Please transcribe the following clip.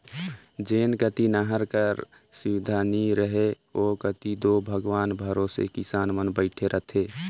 जेन कती नहर कर सुबिधा नी रहें ओ कती दो भगवान भरोसे किसान मन बइठे रहे